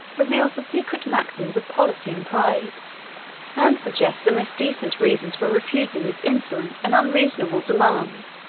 reveals the secret maxims of policy and pride and suggests the most decent reasons for refusing these insolent and unreasonable demands.